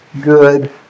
good